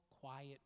quiet